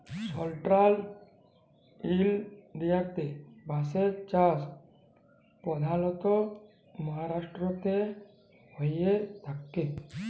central ইলডিয়াতে বাঁশের চাষ পধালত মাহারাষ্ট্রতেই হঁয়ে থ্যাকে